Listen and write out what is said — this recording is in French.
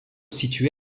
situé